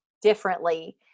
Differently